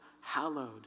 hallowed